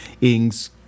Ings